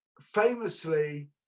famously